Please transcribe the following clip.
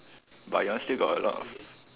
but your one still got a lot of